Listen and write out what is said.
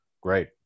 great